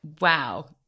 Wow